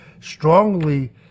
strongly